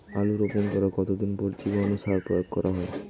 আলু রোপণ করার কতদিন পর জীবাণু সার প্রয়োগ করা হয়?